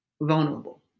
vulnerable